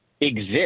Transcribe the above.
exist